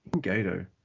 Gato